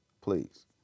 Please